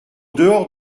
dehors